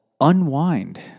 Unwind